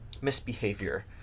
misbehavior